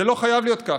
זה לא חייב להיות ככה.